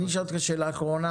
אני אשאל אותך שאלה אחרונה.